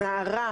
נערה,